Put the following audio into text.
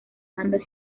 bandas